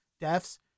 deaths